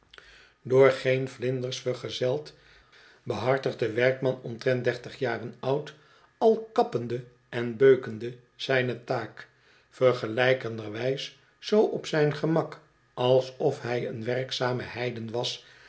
door geen vlinders vergezeld behartigt de werkman omtrent dertig jaren oud al kappende en beukende zijne taak vergelijkenderwijs zoo op zijn gemak alsof hij een werkzame heiden was